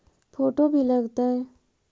Photo भी लग तै?